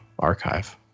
archive